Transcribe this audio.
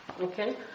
Okay